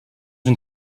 une